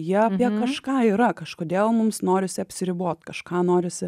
jie apie kažką yra kažkodėl mums norisi apsiriboti kažką norisi